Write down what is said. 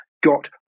got